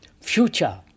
future